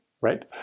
right